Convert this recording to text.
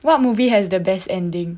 what movie has the best ending